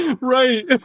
Right